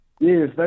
Yes